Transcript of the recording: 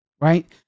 right